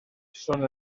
són